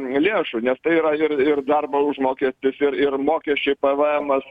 lėšų nes tai yra ir ir darbo užmokestis ir ir mokesčiai pėvėemas